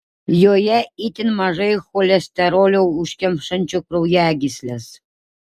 joje itin mažai cholesterolio užkemšančio kraujagysles